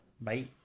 bye